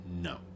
No